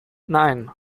nein